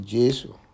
Jesus